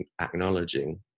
acknowledging